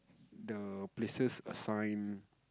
the places assign